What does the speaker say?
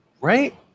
Right